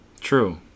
true